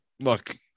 Look